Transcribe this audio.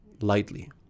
lightly